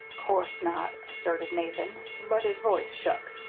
course not! asserted nathan, but his voice shook.